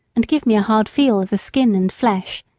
and give me a hard feel of the skin and flesh,